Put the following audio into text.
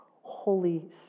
Holy